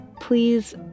Please